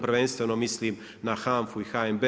Prvenstveno mislim na HANF-u i HNB.